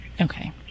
Okay